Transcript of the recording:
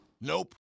Nope